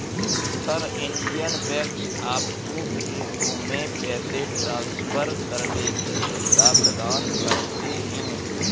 sir, Indian banks आपको विदेशों में पैसे ट्रान्सफर करने की सुविधा प्रदान करते हैं